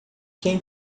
quem